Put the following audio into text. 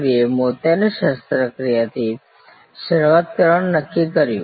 વીએ મોતિયાની શસ્ત્રક્રિયાથી શરૂઆત કરવાનું નક્કી કર્યું